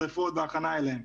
שרפות והכנה אליהם,